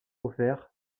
offerts